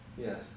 Yes